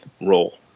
role